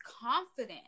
confident